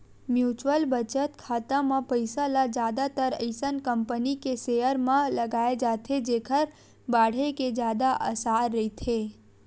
mutual बचत खाता म पइसा ल जादातर अइसन कंपनी के सेयर म लगाए जाथे जेखर बाड़हे के जादा असार रहिथे